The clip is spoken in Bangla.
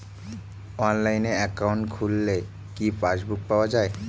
অনলাইনে একাউন্ট খুললে কি পাসবুক পাওয়া যায়?